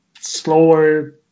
slower